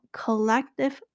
collective